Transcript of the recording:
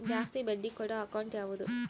ಜಾಸ್ತಿ ಬಡ್ಡಿ ಕೊಡೋ ಅಕೌಂಟ್ ಯಾವುದು?